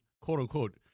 quote-unquote